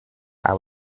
out